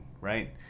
right